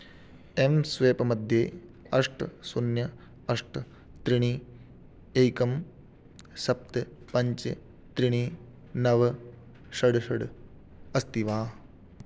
M स्वेप्मध्ये अष्ट शून्यम् अष्ट त्रीणि एकं सप्त पञ्च त्रीणि नव षड् षड् अस्ति वा